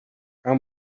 how